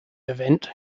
event